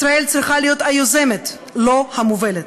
ישראל צריכה להיות היוזמת, לא המובלת.